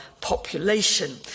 population